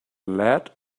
lead